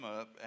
up